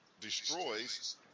destroys